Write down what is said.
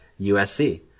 USC